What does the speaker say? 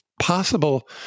possible